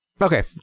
Okay